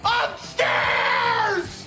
upstairs